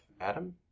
Adam